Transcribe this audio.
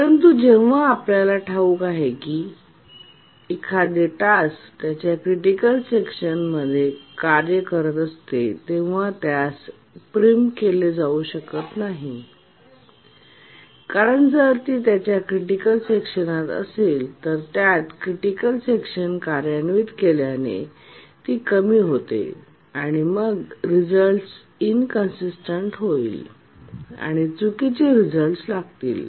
परंतु जेव्हा आपल्याला ठाऊक आहे की जेव्हा एखादे टास्क त्याच्या क्रिटिकल सेक्शन कार्य करत असते तेव्हा त्यास प्रीमप केले जाऊ नये कारण जर ती त्याच्या क्रिटिकल सेक्शनत असेल तर त्यातील क्रिटिकल सेक्शन कार्यान्वित केल्याने ती कमी होते आणि मग रिझल्ट्स इन कंसिस्टन्ट होईल आणि चुकीचे रिझल्ट्स लागतील